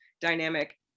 dynamic